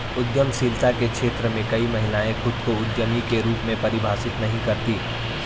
उद्यमशीलता के क्षेत्र में कई महिलाएं खुद को उद्यमी के रूप में परिभाषित नहीं करती